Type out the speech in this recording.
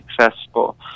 successful